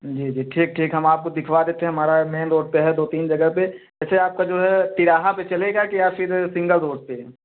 जी जी ठीक ठीक हम आपको दिखावा देते हैं हमारा मेन रोड पर है दो तीन जगह पर वैसे आपका जो है तिराहा पर चलेगा या फ़िर सिन्गल रोड पर